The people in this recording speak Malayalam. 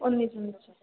ഒന്നിച്ച് ഒന്നിച്ച്